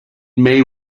may